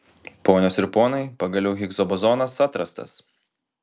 ponios ir ponai pagaliau higso bozonas atrastas